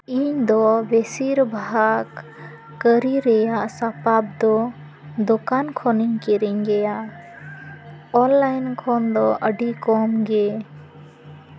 ᱤᱧ ᱫᱚ ᱵᱮᱥᱤᱨ ᱵᱷᱟᱜᱽ ᱠᱟᱹᱨᱤ ᱨᱮᱭᱟᱜ ᱥᱟᱯᱟᱯ ᱫᱚ ᱫᱚᱠᱟᱱ ᱠᱷᱚᱱᱤᱧ ᱠᱤᱨᱤᱧ ᱜᱮᱭᱟ ᱚᱱᱞᱟᱭᱤᱱ ᱠᱷᱚᱱ ᱫᱚ ᱟᱹᱰᱤ ᱠᱚᱢ ᱜᱮ